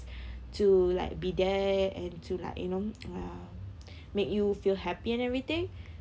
to like be there and to like you know uh make you feel happy and everything